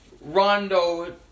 Rondo